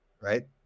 right